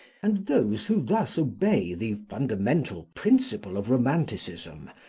and those who thus obey the fundamental principle of romanticism,